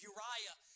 Uriah